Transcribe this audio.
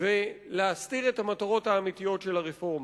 ולהסתיר את המטרות האמיתיות של הרפורמה.